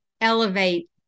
elevate